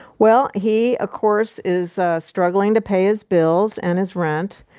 well, he of course is struggling to pay his bills and his rent.